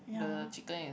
the chicken is